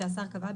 שהשר קבע,